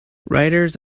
writers